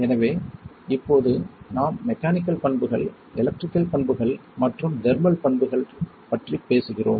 எனவே இப்போது நாம் மெக்கானிக்கல் பண்புகள் எலக்ட்ரிகல் பண்புகள் மற்றும் தெர்மல் பண்புகள் பற்றி பேசுகிறோம்